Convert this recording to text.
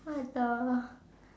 what the